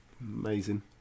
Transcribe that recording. Amazing